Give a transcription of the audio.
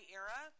era